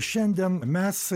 šiandien mes